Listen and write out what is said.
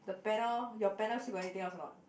the panel your panel still got anything else or not